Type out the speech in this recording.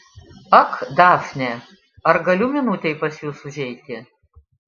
ak dafne ar galiu minutei pas jus užeiti